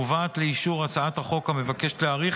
מובאת לאישור הצעת החוק המבקשת להאריך